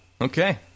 Okay